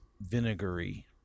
vinegary